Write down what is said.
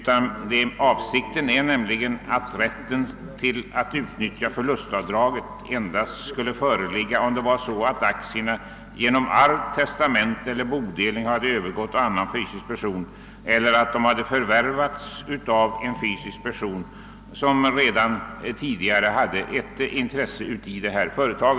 Vår avsikt är att rätten att utnyttja förlustavdraget endast skulle föreligga om aktierna genom arv, testamente eller bodelning hade övergått å annan fysisk person eller förvärvats av en fysisk person, som redan tidigare hade ett intresse i detta företag.